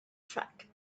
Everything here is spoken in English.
track